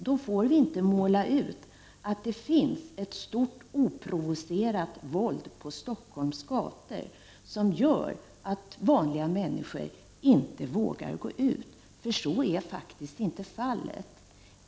Då får vi inte måla upp en bild av att det finns ett stort oprovocerat våld på Stockholms gator som gör att vanliga människor inte vågar gå ut. Så är faktiskt inte fallet.